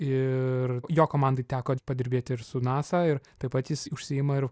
ir jo komandai teko padirbėti ir su nasa ir taip pat jis užsiima ir